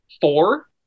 Four